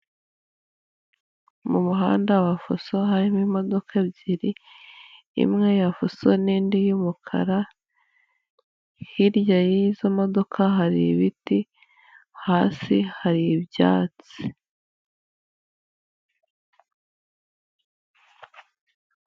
Mu muhanda wa fuso harimo imodoka ebyiri: imwe ya fuso, n'indi y'umukara, hirya y'izo modoka hari ibiti, hasi hari ibyatsi.